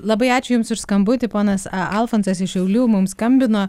labai ačiū jums už skambutį ponas alfonsas iš šiaulių mums skambino